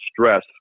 stress